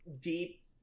deep